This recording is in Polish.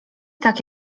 tak